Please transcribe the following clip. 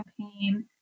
campaign